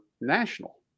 national